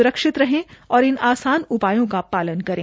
स्रक्षित रहें और इन आसान उपायों का पालन करें